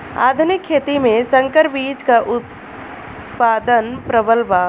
आधुनिक खेती में संकर बीज क उतपादन प्रबल बा